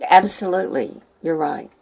absolutely, you're right.